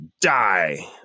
die